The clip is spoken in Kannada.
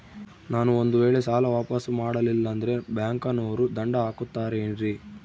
ನಾನು ಒಂದು ವೇಳೆ ಸಾಲ ವಾಪಾಸ್ಸು ಮಾಡಲಿಲ್ಲಂದ್ರೆ ಬ್ಯಾಂಕನೋರು ದಂಡ ಹಾಕತ್ತಾರೇನ್ರಿ?